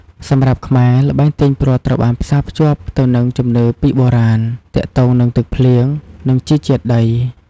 សម្រាប់ខ្មែរ ល្បែងទាញព្រ័ត្រត្រូវបានផ្សារភ្ជាប់ទៅនឹងជំនឿពីបុរាណទាក់ទងនឹងទឹកភ្លៀង និងជីជាតិដី។